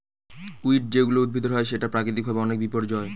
weed যেগুলা উদ্ভিদের হয় সেটা প্রাকৃতিক ভাবে অনেক বিপর্যই